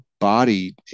body